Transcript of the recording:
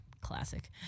Classic